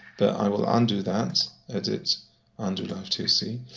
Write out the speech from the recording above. but i will undo that. edit undo livetoc.